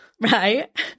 right